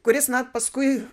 kuris na paskui